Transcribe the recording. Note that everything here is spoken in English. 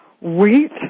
wheat